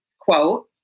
quote